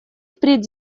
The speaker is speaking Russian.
впредь